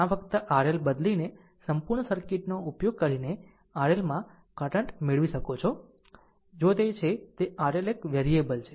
આમ ફક્ત RL બદલીને શ્રેણી સર્કિટનો ઉપયોગ કરીને RL માં કરંટ મેળવી શકો છો 'જો તે જો તે છે કે RL એક વેરીએબલ છે